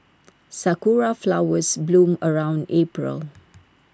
Sakura Flowers bloom around April